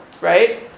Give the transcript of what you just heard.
right